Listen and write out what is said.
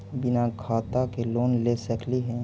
बिना खाता के लोन ले सकली हे?